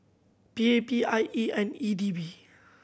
P A P I E and E D B